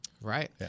Right